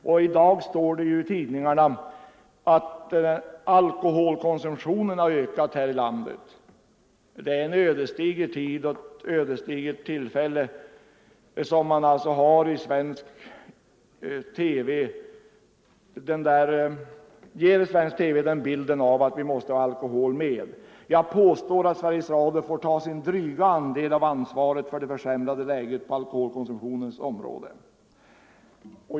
Och i dag står det i tidningarna att alkoholkonsumtionen har ökat i landet. I en ödesdiger tid och vid ett ödesdigert tillfälle ger svensk TV den bilden att vi måste ha alkohol med. Jag påstår att Sveriges Radio må ta sin dryga andel av ansvaret för det försämrade läget på alkoholkonsumtionens område.